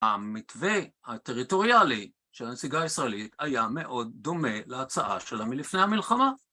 המתווה הטריטוריאלי של הנציגה הישראלית היה מאוד דומה להצעה שלה מלפני המלחמה.